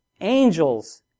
angels